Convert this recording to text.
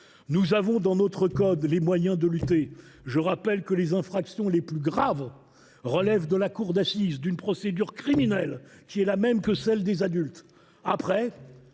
Nous avons dans notre code les moyens de lutter. Je le rappelle, les infractions les plus graves relèvent de la cour d’assises et d’une procédure criminelle qui est la même que celle des adultes. En